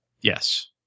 Yes